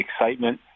excitement